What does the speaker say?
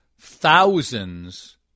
thousands